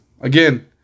Again